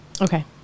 Okay